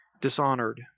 dishonored